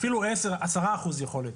אפילו 10% יכולת.